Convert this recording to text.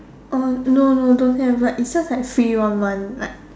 oh no no don't have but is just like free one month like